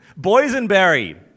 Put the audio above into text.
Boysenberry